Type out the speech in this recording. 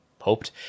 hoped